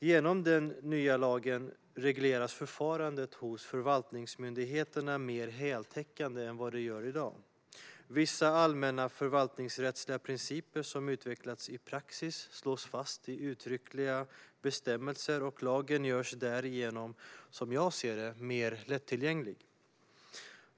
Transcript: Genom den nya lagen regleras förfarandet hos förvaltningsmyndigheterna mer heltäckande än i dag. Vissa allmänna förvaltningsrättsliga principer som utvecklats i praxis slås fast i uttryckliga bestämmelser. Lagen görs därigenom, som jag ser det, mer lättillgänglig.